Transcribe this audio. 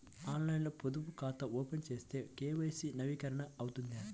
ఆన్లైన్లో పొదుపు ఖాతా ఓపెన్ చేస్తే కే.వై.సి నవీకరణ అవుతుందా?